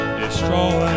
destroy